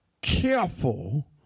careful